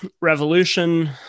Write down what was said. revolution